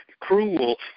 cruel